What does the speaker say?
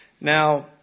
Now